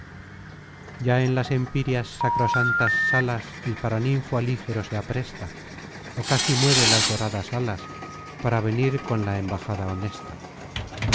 ya en las empíreas sacrosantas salas el paraninfo alígero se apresta o casi mueve las doradas alas para venir con la embajada honesta